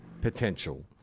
potential